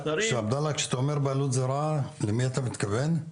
עבדאלה, כאשר אתה אומר בעלות זרה למי אתה מתכוון?